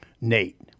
Nate